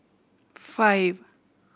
five